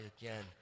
again